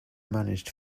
managed